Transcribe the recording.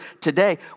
today